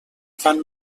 fan